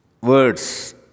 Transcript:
Words